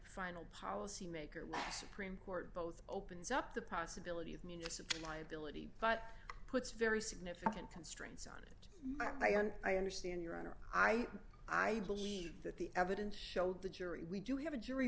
final policy maker supreme court both opens up the possibility of municipal liability but puts very significant constraint by and i understand your honor i i believe that the evidence showed the jury we do have a jury